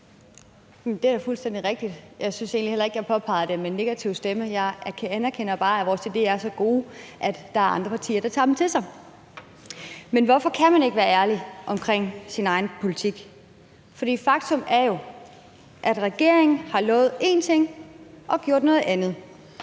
Det er fuldstændig rigtigt. Jeg synes egentlig heller ikke, at jeg påpegede det med en negativ stemme. Jeg anerkender bare, at vores idéer er så gode, at der er andre partier, der tager dem til sig. Men hvorfor kan man ikke være ærlig omkring sin egen politik? Faktum er jo, at regeringen har lovet én ting og gjort noget andet.